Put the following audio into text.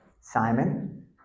Simon